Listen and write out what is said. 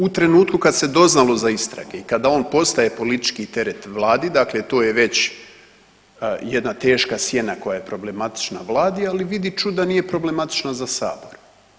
U trenutku kad se doznalo za istrage i kada on postaje politički teret vladi dakle to je već jedna teška sjena koja je problematična vladi, ali vidi čuda nije problematična za sabor.